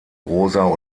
rosa